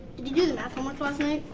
did you do the math homework last night?